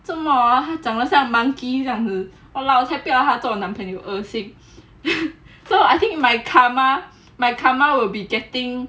做莫 hor 他长的像 monkeys 这样子 !walao! 我才不要他做我男朋友恶心 I think my karma my karma will be getting